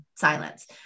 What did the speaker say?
silence